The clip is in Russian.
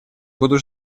буду